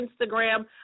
Instagram